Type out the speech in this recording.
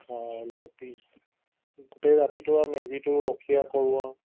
খাই লৈ পিছ গোটেই ৰাতিটো আৰু মেজিটো ৰখীয়া কৰোঁ আৰু